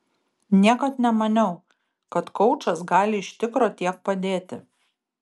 niekad nemaniau kad koučas gali iš tikro tiek padėti